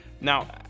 Now